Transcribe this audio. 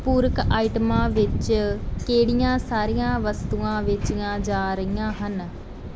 ਪੂਰਕ ਆਈਟਮਾਂ ਵਿੱਚ ਕਿਹੜੀਆਂ ਸਾਰੀਆਂ ਵਸਤੂਆਂ ਵੇਚੀਆਂ ਜਾ ਰਹੀਆਂ ਹਨ